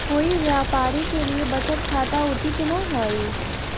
कोई व्यापारी के लिए बचत खाता उचित न हइ